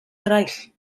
eraill